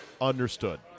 Understood